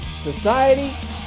society